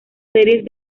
series